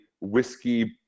whiskey